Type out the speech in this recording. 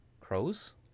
Crows